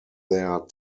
their